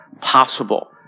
possible